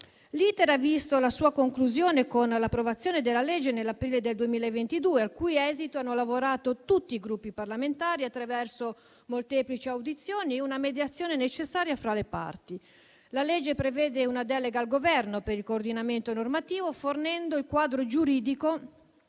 L'*iter* ha visto la sua conclusione con l'approvazione della legge n. 46 dell'aprile 2022, al cui esito hanno lavorato tutti i Gruppi parlamentari attraverso molteplici audizioni e una mediazione necessaria fra le parti. La legge prevede una delega al Governo per il coordinamento normativo, fornendo il quadro giuridico